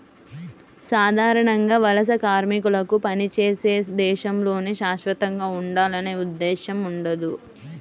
సాధారణంగా వలస కార్మికులకు పనిచేసే దేశంలోనే శాశ్వతంగా ఉండాలనే ఉద్దేశ్యం ఉండదు